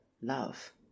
love